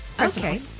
Okay